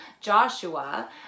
Joshua